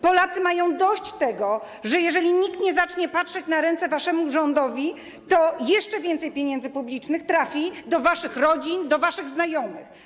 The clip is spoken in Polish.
Polacy mają dość tego, że jeżeli nikt nie będzie patrzeć na ręce waszemu rządowi, to jeszcze więcej publicznych pieniędzy trafi do waszych rodzin, do waszych znajomych.